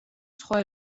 სხვა